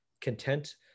content